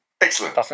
Excellent